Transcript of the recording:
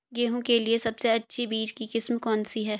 गेहूँ के लिए सबसे अच्छी बीज की किस्म कौनसी है?